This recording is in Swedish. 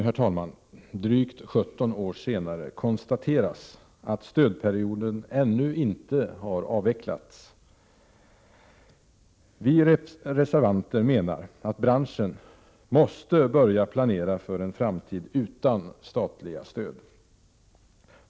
Det kan nu — drygt 17 år senare — konstateras att stödperioden ännu inte har avslutats. Vi reservanter menar att branschen måste börja planera för en framtid utan statliga stöd.